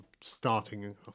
starting